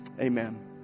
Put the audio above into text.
Amen